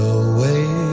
away